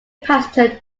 passenger